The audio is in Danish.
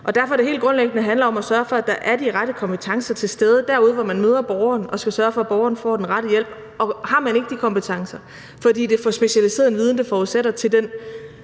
Derfor handler det helt grundlæggende om, at der er de rette kompetencer til stede derude, hvor man møder borgeren og skal sørge for, at borgeren får den rette hjælp. Og har man ikke de kompetencer, fordi det er for specialiseret en viden, det forudsætter, i